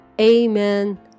amen